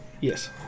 Yes